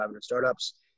Startups